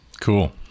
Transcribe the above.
cool